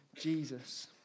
Jesus